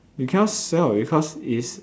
you cannot sell because is